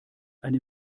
eine